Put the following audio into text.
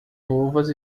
luvas